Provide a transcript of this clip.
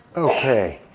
ok,